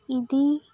ᱤᱫᱤ